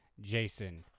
Jason